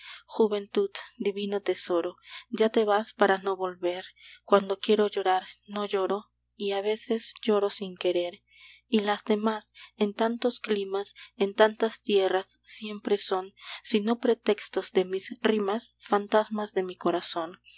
juventud divino tesoro ya te vas para no volver cuando quiero llorar no lloro y a veces lloro sin querer y las demás en tantos climas en tantas tierras siempre son si no pretextos de mis rimas fantasmas de mi corazón en